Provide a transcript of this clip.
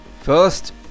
First